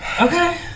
Okay